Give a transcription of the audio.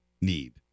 need